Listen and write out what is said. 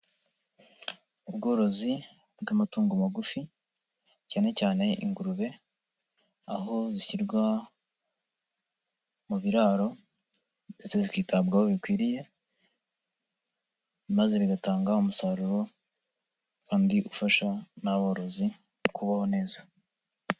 Ubworozi bw'amatungo magufi cyane cyane ingurube aho zishyirwa mu biraro zikitabwaho bikwiriye maze zigatanga umusaruro kandi ufasha n'aborozi kubaho neza.